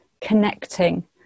connecting